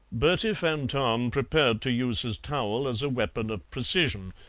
bertie van tahn prepared to use his towel as a weapon of precision,